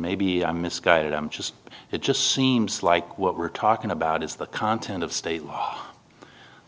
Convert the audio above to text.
maybe i miss guided i'm just it just seems like what we're talking about is the content of state law